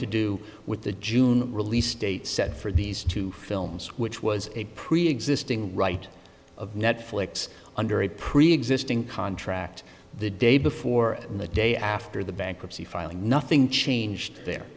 to do with the june release date set for these two films which was a preexisting right of netflix under a preexisting contract the day before and the day after the bankruptcy filing nothing changed the